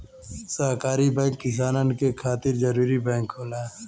सहकारी बैंक किसानन के खातिर जरूरी बैंक होला